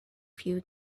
few